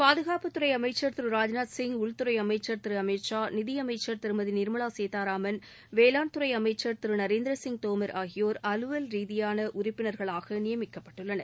பாதுகாப்புத்துறை அமைச்சர் திரு ராஜ்நாத் சிங் உள்துறை அமைமச்சர் திரு அமித் ஷா நிதியமைச்சர் திருமதி நிர்மலா சீதாராமன் வேளாண் துறை அமைச்சர் திரு நரேந்திர சிங் தோமர் ஆகியோர் அலுவல் ரீதியான உறுப்பினர்களாக நியமிக்கப்பட்டுள்ளனர்